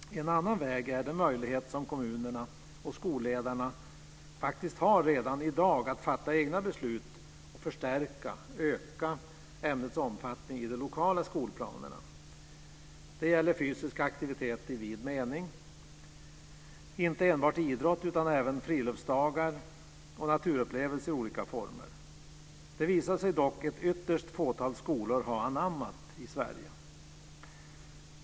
En andra väg är den möjlighet som kommunerna och skolledarna har redan i dag att fatta egna beslut och förstärka eller öka ämnets omfattning i de lokala skolplanerna. Det gäller fysiska aktiviteter i vid mening. Det handlar inte enbart om idrott utan även om friluftsdagar och naturupplevelser i olika former. Det har dock visat sig att ett ytterst fåtal skolor i Sverige har anammat det.